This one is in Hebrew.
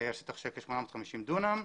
על שטח של כ-850 דונם,